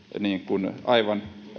aivan